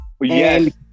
Yes